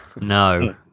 No